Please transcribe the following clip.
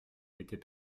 était